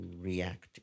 react